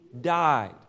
died